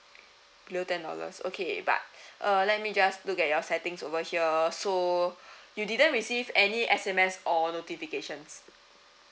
below ten dollars okay but uh let me just look at your settings over here so you didn't receive any S_M_S or notifications